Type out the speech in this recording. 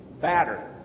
batter